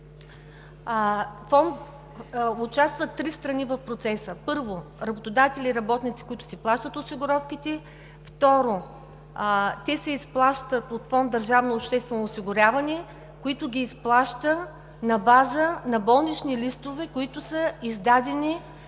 участват три страни – първо, работодатели и работници, които си плащат осигуровките; второ, те се изплащат от фонд „Държавно обществено осигуряване“, който ги изплаща на база на болничните листове, издадени